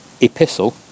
epistle